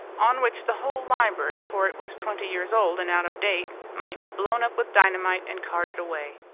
on which the whole library, for it was twenty years old and out of date, might be blown up with dynamite and carted away.